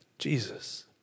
Jesus